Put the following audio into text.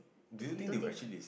it's you don't think it's a